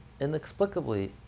inexplicably